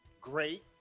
great